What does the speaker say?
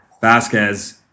Vasquez